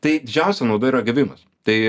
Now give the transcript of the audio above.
tai didžiausia nauda yra gavimas tai